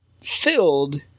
filled